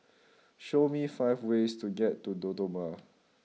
show me five ways to get to Dodoma